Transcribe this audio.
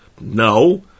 No